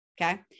okay